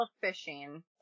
fishing